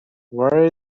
where